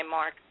Mark